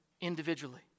individually